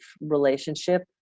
relationship